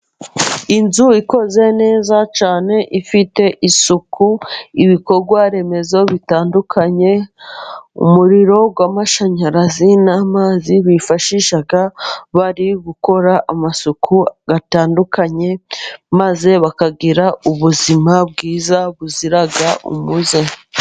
Inzu ikoze neza cyane ifite isuku, ibikorwaremezo bitandukanye umuriro w'amashanyarazi n'amazi, bifashisha bari gukora amasuku atandukanye, maze bakagira ubuzima bwiza, buzira umuze.